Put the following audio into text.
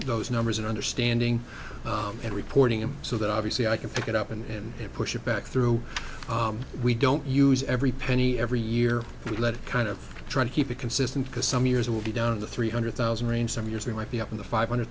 those numbers and understanding and reporting him so that obviously i can pick it up and then push it back through we don't use every penny every year we let it kind of try to keep it consistent because some years it will be down to three hundred thousand range some years we might be up in the five hundred